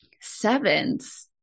Sevens